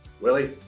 willie